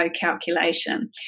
calculation